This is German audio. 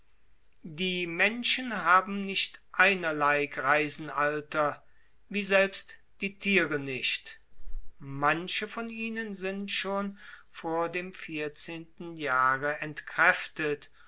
die menschen haben nicht einerlei greisenalter wie selbst die thiere nicht manche von ihnen sind vor dem vierzehnten jahre entkräftet